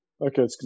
okay